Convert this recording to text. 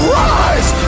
rise